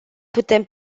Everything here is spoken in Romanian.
putem